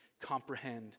comprehend